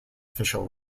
official